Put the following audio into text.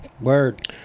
Word